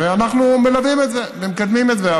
ואנחנו מלווים את זה ומקדמים את זה.